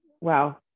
wow